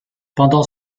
pendant